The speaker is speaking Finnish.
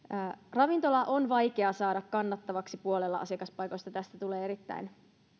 ravintolaa on vaikea saada kannattavaksi puolella asiakaspaikoista tästä tulee erittäin